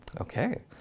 Okay